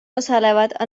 osalevad